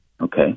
okay